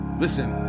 Listen